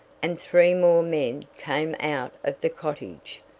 and three more men came out of the cottage.